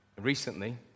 recently